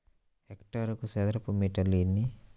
హెక్టారుకు చదరపు మీటర్లు ఎన్ని?